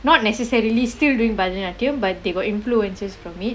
not necessarily still doing bharathanatyam but they got influences from it